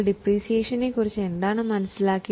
depreciation എന്നതു കൊണ്ട് നിങ്ങൾ എന്താണ് മനസ്സിലാക്കിയത്